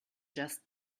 just